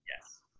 yes